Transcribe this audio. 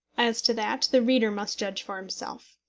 as to that, the reader must judge for himself.